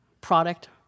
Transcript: product